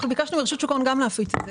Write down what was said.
ביקשנו מרשות שוק ההון שגם היא תפיץ את זה.